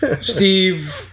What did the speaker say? Steve